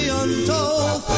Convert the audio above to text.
untold